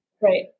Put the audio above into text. Right